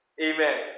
Amen